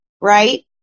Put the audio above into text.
right